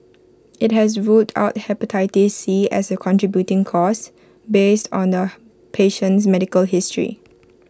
IT has ruled out Hepatitis C as A contributing cause based on the patient's medical history